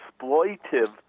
exploitive